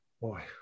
boy